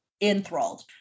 enthralled